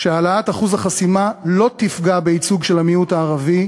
שהעלאת אחוז החסימה לא תפגע בייצוג של המיעוט הערבי,